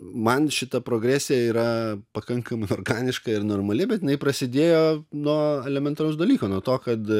man šita progresija yra pakankamai organiška ir normali bet jinai prasidėjo nuo elementaraus dalyko nuo to kad